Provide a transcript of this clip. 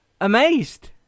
Amazed